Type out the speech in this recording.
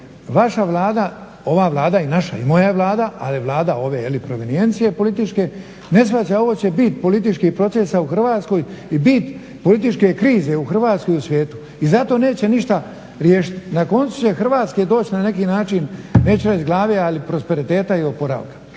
Vaša Vlada, ova Vlada i naša i moja Vlada, ali je Vlada ove prominijencije političke, ne shvaća, ovo će biti bit političkih proces u Hrvatskoj i bit političke krize u Hrvatskoj i u svijetu. I zato neće ništa riješiti. Na koncu će Hrvatski na neki način, neću reći glave, ali prosperiteta i oporavka,